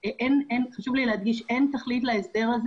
חשוב לי להדגיש שאין תכלית להסדר של